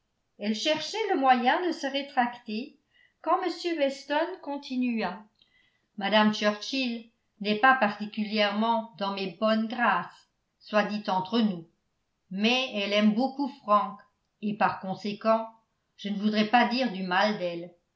elle cherchait le moyen de se rétracter quand m weston continua mme churchill n'est pas particulièrement dans mes bonnes grâces soit dit entre nous mais elle aime beaucoup frank et par conséquent je ne voudrais pas dire du mal d'elle